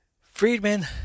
Friedman